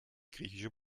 griechische